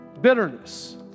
Bitterness